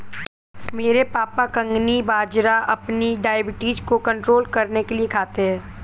मेरे पापा कंगनी बाजरा अपनी डायबिटीज को कंट्रोल करने के लिए खाते हैं